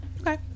Okay